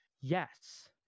Yes